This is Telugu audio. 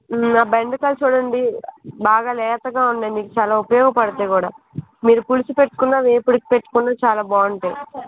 ఆ బెండకాయలు చూడండి బాగా లేతగా ఉందండి మీకు ఉపయోగపడతాయి కూడా మీరు పులుసు పెట్టుకున్నా వేపుడికి పెట్టుకున్నా చాలా బాగుంటాయి